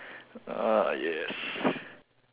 ah yes